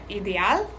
ideal